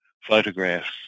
photographs